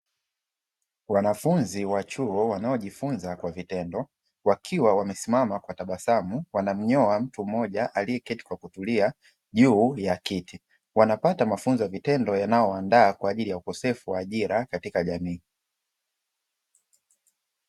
Wanafunzi wa chuo wanaojifunza kwa vitendo wakiwa wamesimama kwa tabasamu wanamnyoa mtu mmoja aliyeketi kwa kutulia juu ya kiti , wanapata mafunzo ya vitendo yanayowaandaa kwa ajili ya ukosefu wa ajira katika jamii.